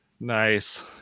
Nice